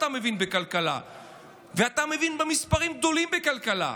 אתה מבין בכלכלה ואתה מבין במספרים גדולים בכלכלה,